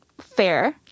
fair